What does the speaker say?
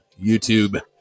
YouTube